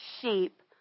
sheep